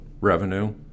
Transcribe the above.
revenue